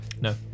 No